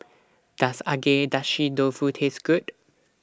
Does Agedashi Dofu Taste Good